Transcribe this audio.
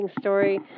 story